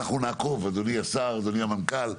אנחנו נעקוב אדוני השר ואדוני המנכ"ל,